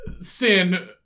Sin